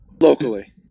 Locally